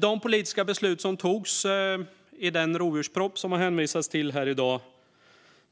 De politiska beslut som togs i och med den rovdjursproposition som det hänvisas till här i dag